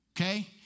okay